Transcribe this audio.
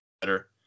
better